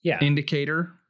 indicator